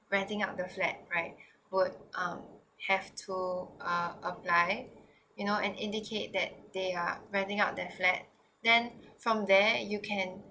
renting out the flat right would um have to uh apply you know and indicate that they are renting out that flat then from there you can